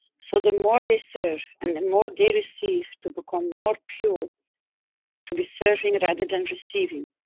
so the more they serve and the more they receive to become more pure to be serving rather than receiving.